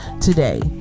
today